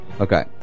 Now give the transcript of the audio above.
Okay